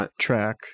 track